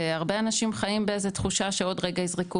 הרבה אנשים חיים באיזו תחושה שעוד רגע יזרקו